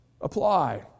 apply